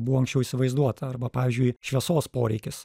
buvo anksčiau įsivaizduota arba pavyzdžiui šviesos poreikis